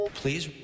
please